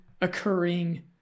occurring